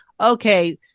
okay